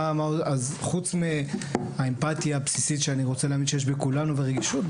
חוץ מהאמפתיה הבסיסית שאני רוצה להאמין שיש בכולנו והרגישות,